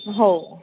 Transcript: हो